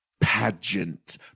pageant